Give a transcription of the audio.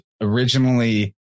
originally